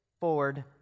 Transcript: Forward